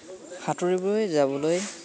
সাঁতুৰিবলৈ যাবলৈ